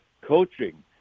coaching